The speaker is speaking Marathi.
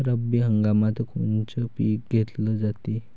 रब्बी हंगामात कोनचं पिक घेतलं जाते?